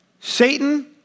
Satan